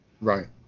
Right